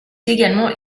également